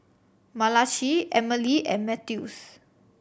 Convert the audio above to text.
Malachi Emilie and Mathews